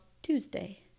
Tuesday